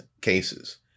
cases